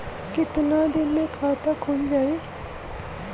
कितना दिन मे खाता खुल जाई?